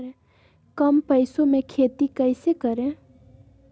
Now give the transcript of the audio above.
कम पैसों में खेती कैसे करें?